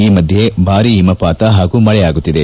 ಈ ಮಧ್ಯ ಬಾರಿ ಹಿಮಪಾತ ಹಾಗೂ ಮಳೆಯಾಗುತ್ತಿದೆ